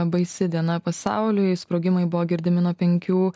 baisi diena pasauliui sprogimai buvo girdimi nuo penkių